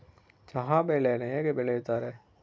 ಚಹಾ ಬೆಳೆಯನ್ನು ಹೇಗೆ ಬೆಳೆಯುತ್ತಾರೆ?